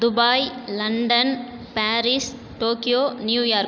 Dubai London Paris Tokyo New York